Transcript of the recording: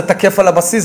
זה תקף על הבסיס,